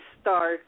star